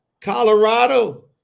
Colorado